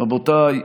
רבותיי,